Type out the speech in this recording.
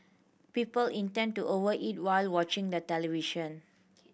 people intend to over eat while watching the television